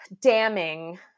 damning